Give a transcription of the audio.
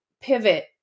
pivot